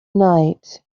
night